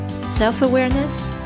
self-awareness